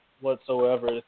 whatsoever